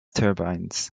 turbines